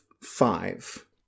five